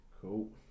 cool